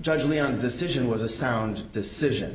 judge leon's decision was a sound decision